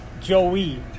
Joey